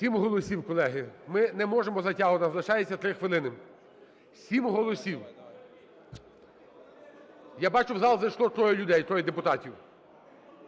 7 голосів, колеги. Ми не можемо затягувати, у нас залишається 3 хвилини. 7 голосів. Я бачу, в зал зайшло троє людей, троє депутатів.